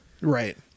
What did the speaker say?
right